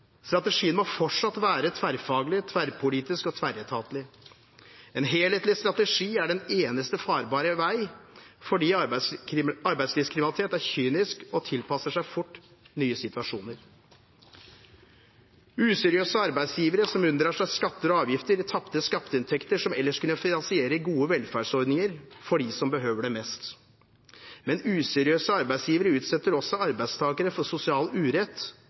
Strategien må fortsatt være tverrfaglig, tverrpolitisk og tverretatlig. En helhetlig strategi er den eneste farbare vei fordi arbeidslivskriminalitet er kynisk og fort tilpasser seg nye situasjoner. Useriøse arbeidsgivere som unndrar seg skatter og avgifter, gir tapte skatteinntekter som ellers kunne finansiere gode velferdsordninger for dem som behøver det mest. Men useriøse arbeidsgivere utsetter også arbeidstakere for sosial urett